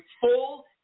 full